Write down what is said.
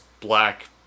black